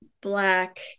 Black